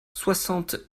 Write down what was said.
soixante